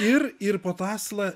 ir ir po tą aslą